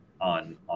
on